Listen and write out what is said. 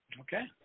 Okay